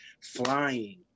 flying